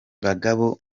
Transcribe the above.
bagabo